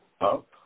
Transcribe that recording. up